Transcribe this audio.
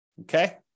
Okay